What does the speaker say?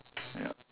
yup